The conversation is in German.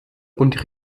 und